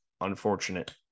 unfortunate